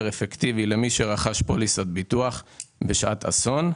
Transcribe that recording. אפקטיבי למי שרכש פוליסת ביטוח בשעת אסון,